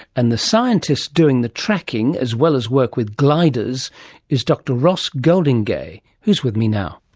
and the scientist doing the tracking as well as work with gliders is dr ross goldingay who is with me now.